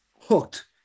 hooked